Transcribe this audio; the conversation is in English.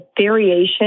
variation